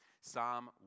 Psalm